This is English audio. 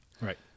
Right